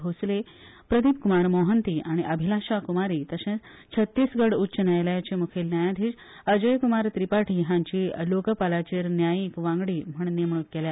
भोसले प्रदीप कुमार मोहंती आनी अभिलाषा कुमारी तशेच छत्तीसगढ उच्च न्यायालयाचे मुखेल न्यायाधीश अजय कुमार त्रिपाठी हांची लोकपालाचेर न्यायीक वांगडी म्हण नेमणुक केल्या